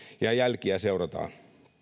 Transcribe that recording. ja jälkiä seurataan